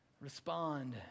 respond